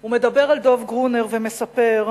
הוא מדבר על דב גרונר ומספר: